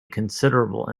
considerable